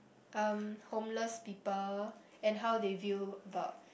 um homeless people and how they view about